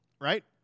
right